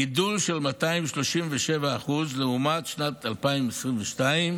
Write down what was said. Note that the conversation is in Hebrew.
גידול של 237% לעומת שנת 2022,